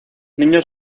niños